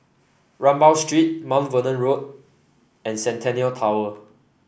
Rambau Street Mount Vernon Road and Centennial Tower